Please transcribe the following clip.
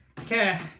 Okay